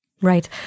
Right